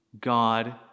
God